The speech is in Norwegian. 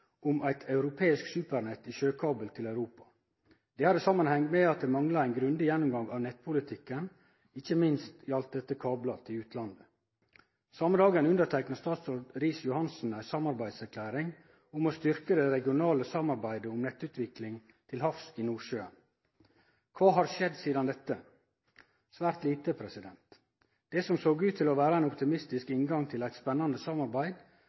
om eit europeisk supernett i sjøkabel til Europa. Det hadde samanheng med at det mangla ein grundig gjennomgang av nettpolitikken, ikkje minst gjaldt dette kablar til utlandet. Same dagen underteikna tidlegare statsråd Riis-Johansen ei samarbeidserklæring om å styrkje det regionale samarbeidet om nettutvikling til havs i Nordsjøen. Kva har skjedd sidan dette? Svært lite. Det som såg ut til å vere ein optimistisk inngang til eit spennande samarbeid,